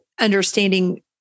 understanding